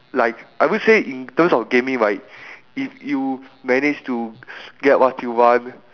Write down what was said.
like I would say in terms of gaming right if you manage to get what you want